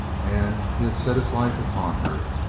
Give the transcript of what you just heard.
and he had set his life upon her.